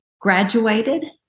graduated